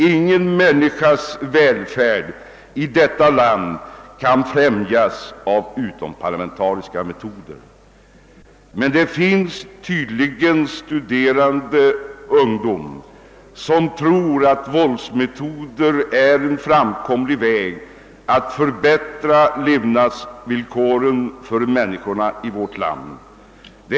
Ingen människas välfärd i detta land kan främjas av utomparlamentariska metoder. Men det finns tydligen studerande ungdomar som tror att våldsmetoder är en framkomlig väg när det gäller att förbättra levnadsvillkoren för människorna i vårt land.